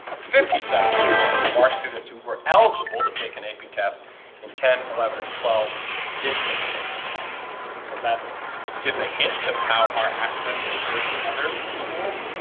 fifty seven percent of our students who were eligible to take an ap test in ten eleven and twelve did take an ap test so that gives a hint of how our access compares to other schools